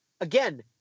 again